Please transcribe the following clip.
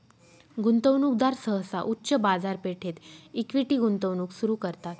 गुंतवणूकदार सहसा उच्च बाजारपेठेत इक्विटी गुंतवणूक सुरू करतात